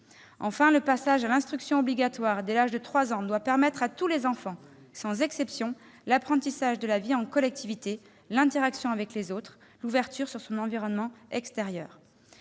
Enfin, le passage à l'instruction obligatoire dès l'âge de trois ans doit permettre à tous les enfants, sans exception, l'apprentissage de la vie en collectivité, l'interaction avec les autres, l'ouverture sur leur environnement extérieur.